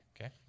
Okay